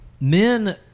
Men